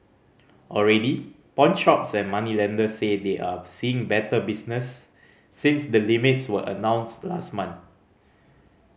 already pawnshops and moneylenders say they are seeing better business since the limits were announced last month